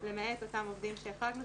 למעט אותם עובדים שהחרגנו,